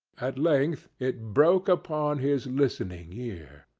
at length it broke upon his listening ear.